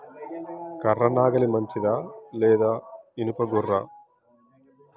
కర్ర నాగలి మంచిదా లేదా? ఇనుప గొర్ర?